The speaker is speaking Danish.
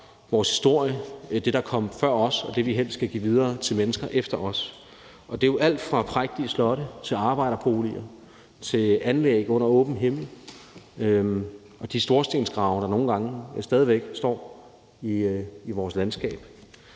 vores historie, det, der kom før os, og det, vi helst skal give videre til mennesker efter os. Det er jo alt fra prægtige slotte til arbejderboliger til anlæg under åben himmel og de storstensgrave, der nogle gange stadig væk står i vores landskab.